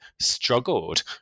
struggled